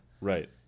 Right